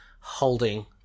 holding